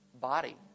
body